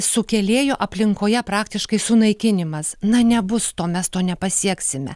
sukėlėjo aplinkoje praktiškai sunaikinimas na nebus to mes to nepasieksime